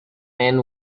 man